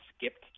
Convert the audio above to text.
skipped